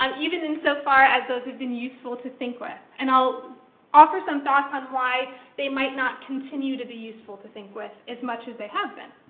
um even insofar as those have been useful to think with, and i'll offer some thoughts on why they might not continue to be useful to think with as much as they have been.